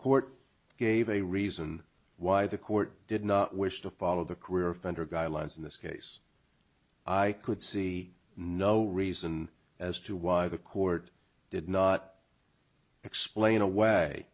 court gave a reason why the court did not wish to follow the career of federal guidelines in this case i could see no reason as to why the court did not explain away